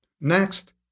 Next